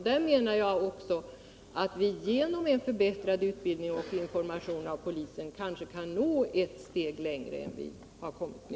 Där kan vi genom en förbättrad utbildning och information av polisen nå ett steg längre än vi har kommit nu.